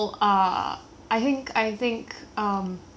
and this is just she requested like eh ah